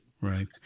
right